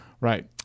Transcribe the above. right